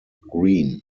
green